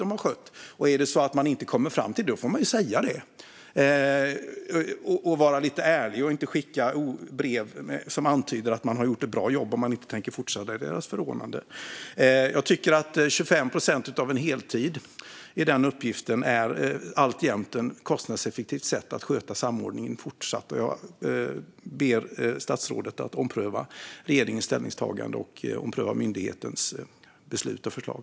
Om man kommer fram till att de inte har gjort det måste man ju vara ärlig och säga det i stället för att skicka brev som antyder att de har gjort ett bra jobb men att man inte tänker fortsätta att ge dem ett förordnande. Jag tycker att 25 procent av en heltid för att utföra den här uppgiften alltjämt är ett kostnadseffektivt sätt att fortsätta sköta samordningen. Jag ber statsrådet att ompröva regeringens ställningstagande och ompröva myndighetens beslut och förslag.